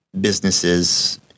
businesses